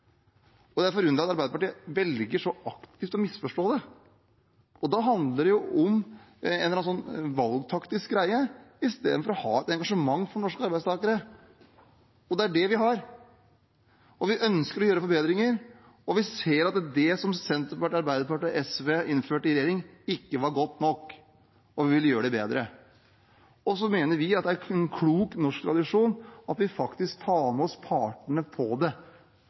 og administrasjonskostnader. Det er forunderlig at Arbeiderpartiet så aktivt velger å misforstå det. Da handler det jo om en valgtaktisk greie i stedet for å ha et engasjement for norske arbeidstakere. Det er det vi har, og vi ønsker å gjøre forbedringer. Vi ser at det som Senterpartiet, Arbeiderpartiet og SV innførte i regjering, ikke var godt nok, og vi vil gjøre det bedre. Vi mener også at det er en klok norsk tradisjon at vi faktisk tar med oss partene på det.